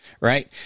Right